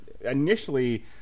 initially